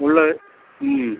உள்ளே ம்